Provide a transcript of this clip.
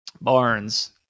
Barnes